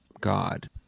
god